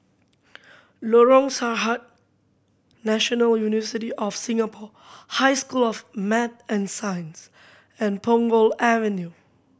Lorong Sarhad National University of Singapore High School of Math and Science and Punggol Avenue